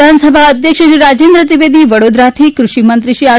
વિધાનસભાના અધ્યક્ષ શ્રી રાજેન્દ્રભાઇ ત્રિવેદી વડોદરાથી કૃષિ મંત્રી શ્રી આર